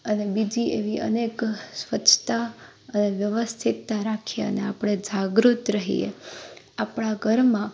અને બીજી એવી અનેક સ્વચ્છતા વ્યવસ્થિતતા રાખીએ અને આપણે જાગૃત રહીએ આપણા ઘરમાં